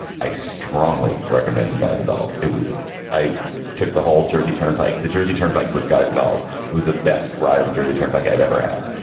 i strongly recommend in guys and dolls, it was i took the whole jersey turnpike. the jersey turnpike with guys and dolls was the best ride on the jersey turnpike i've ever had.